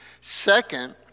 Second